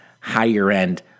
higher-end